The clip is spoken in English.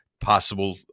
possible